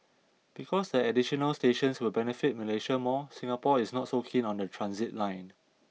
because the additional stations will benefit Malaysia more Singapore is not so keen on the transit line